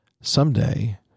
someday